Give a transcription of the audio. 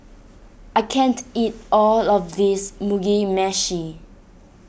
I can't eat all of this Mugi Meshi